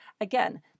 Again